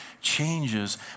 changes